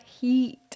heat